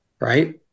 right